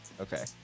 Okay